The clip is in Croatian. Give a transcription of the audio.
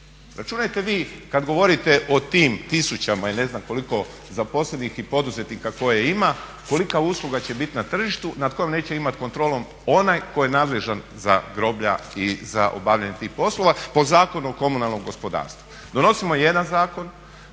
Računajte vi kad govorite o tim tisućama i ne znam koliko zaposlenih i poduzetnika koje ima kolika usluga će biti na tržištu na kojem neće imati kontrolu onaj tko je nadležan za groblja i za obavljanje tih poslova po Zakonu o komunalnom gospodarstvu. Donosimo jedan zakon,